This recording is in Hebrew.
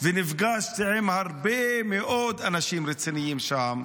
ונפגשתי עם הרבה מאוד אנשים רציניים שם,